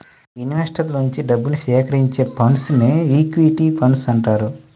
ఇన్వెస్టర్ల నుంచి డబ్బుని సేకరించే ఫండ్స్ను ఈక్విటీ ఫండ్స్ అంటారు